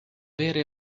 vere